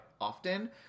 often